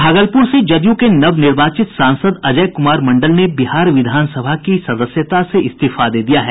भागलपुर से जदयू के नवनिर्वाचित सांसद अजय कुमार मंडल ने बिहार विधानसभा की सदस्यता से इस्तीफा दे दिया है